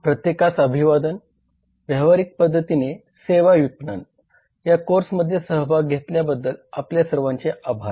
प्रत्येकास अभिवादन व्यावहारिक पध्दतीने सेवा विपणन या कोर्समध्ये सहभाग घेतल्या बद्दल आपल्या सर्वांचे आभार